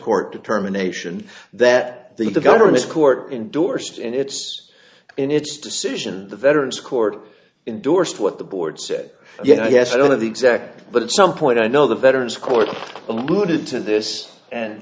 court determination that the government is court endorsed and its in its decision the veterans court indorsed what the board said yeah i guess i don't know the exact but at some point i know the veterans court alluded to this and